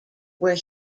where